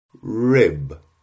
Rib